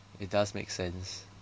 it does make sense